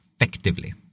effectively